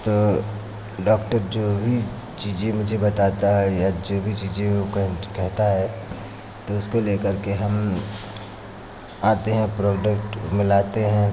तो डॉक्टर जो ये चीज़ें मुझे बताता है या जो भी चीज़ें उ कहता कहता है तो उसको लेकर के हम आते हैं प्रोडक्ट मिलाते हैं